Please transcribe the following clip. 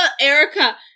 Erica